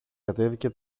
κατέβηκε